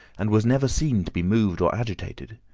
and was never seen to be moved or agitated.